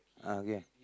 ah okay